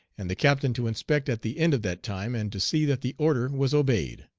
and the captain to inspect at the end of that time and to see that the order was obeyed.